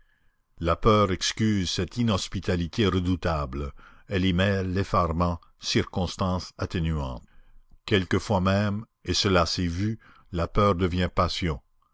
la peur excuse cette inhospitalité redoutable elle y mêle l'effarement circonstance atténuante quelquefois même et cela s'est vu la peur devient passion